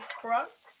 crust